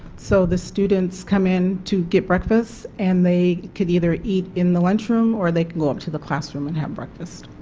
so the students come in to get breakfast and they can either eat in the lunchroom or they can go um to the classroom and have breakfast.